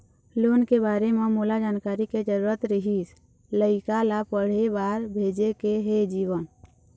loan के बारे म मोला जानकारी के जरूरत रीहिस, लइका ला पढ़े बार भेजे के हे जीवन